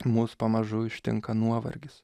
mus pamažu ištinka nuovargis